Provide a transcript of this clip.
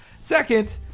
Second